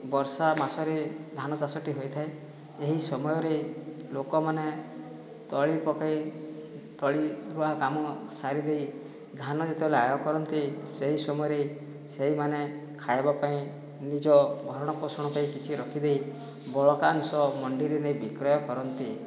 ବର୍ଷା ମାସରେ ଧାନ ଚାଷଟି ହୋଇଥାଏ ଏହି ସମୟରେ ଲୋକମାନେ ତଳି ପକାଇ ତଳି ରୁଆ କାମ ସାରିଦେଇ ଧାନ ଯେତେବେଳେ ଆୟ କରନ୍ତି ସେହି ସମୟରେ ସେହିମାନେ ଖାଇବା ପାଇଁ ନିଜ ଭରଣପୋଷଣ ପାଇଁ କିଛି ରଖିଦେଇ ବଳକା ଅଂଶ ମଣ୍ଡିରେ ନେଇ ବିକ୍ରୟ କରନ୍ତି